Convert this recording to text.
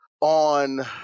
on